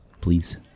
Please